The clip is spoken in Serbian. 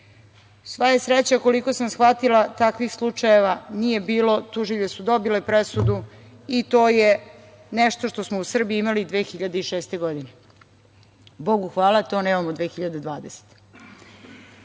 Sva je sreća, koliko sam shvatila, takvih slučajeva nije bilo, tužilje su dobile presudu i to je nešto što smo u Srbiji imali 2006. godine. Bogu hvala, to nemamo 2020.